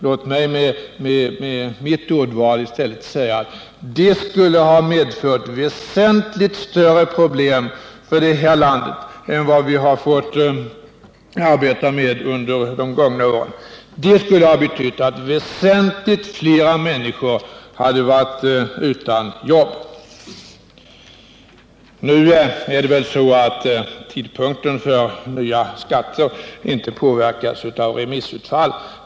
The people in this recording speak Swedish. Låt mig med mitt eget ordval säga, att det skulle ha medfört väsentligt större problem för vårt land än vad vi har fått arbeta med under de gångna åren och att det skulle ha betytt att väsentligt flera människor skulle ha varit utan jobb. Nu påverkar väl inte remissutfallet tidpunkten för genomförandet av nya skatter.